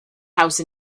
house